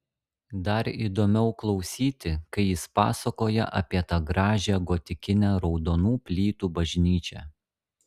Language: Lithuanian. dar įdomiau klausyti kai jis pasakoja apie tą gražią gotikinę raudonų plytų bažnyčią